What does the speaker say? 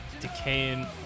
Decaying